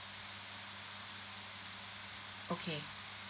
okay